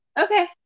okay